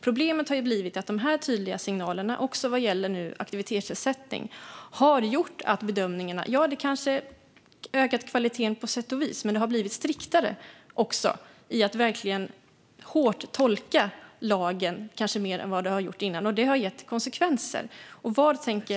Problemet är att de tydliga signalerna, också vad gäller aktivitetsersättning, har gjort att bedömningarna visserligen kanske har fått en ökad kvalitet, men även har blivit striktare i att verkligen hårt tolka lagen - kanske mer än vad som gjorts innan. Det har gett konsekvenser.